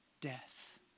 death